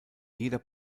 jeder